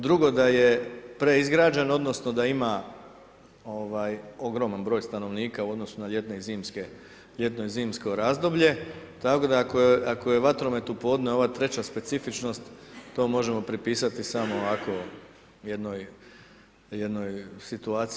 Drugo, da je preizgrađeno odnosno da ima ogroman broj stanovnika u odnosu na ljetno i zimsko razdoblje tako da ako je vatromet u podne ova treća specifičnost, to može pripisati samo ovako jednoj situaciji.